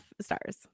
stars